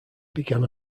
began